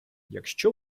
якщо